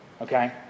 Okay